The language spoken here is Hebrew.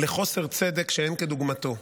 לחוסר צדק שאין כדוגמתו,